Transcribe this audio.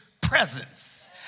presence